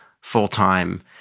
full-time